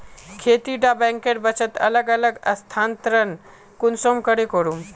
खेती डा बैंकेर बचत अलग अलग स्थानंतरण कुंसम करे करूम?